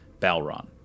Balron